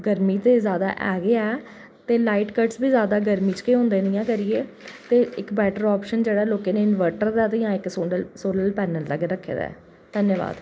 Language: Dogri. गर्मी ते जादा ऐ गै ऐ ते नाईट कट्स बी जादा गरमी च गै होंदे न इं'या करियै ते इक्क बैटर आप्शन जेह्ड़ा लोकें तांई इनवर्टर दा गै जां इक्क सोलर पैनल दा गै रक्खे दा ऐ